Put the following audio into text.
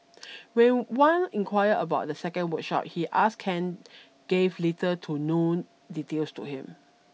when Wan inquired about the second workshop he ask Ken gave little to none details to him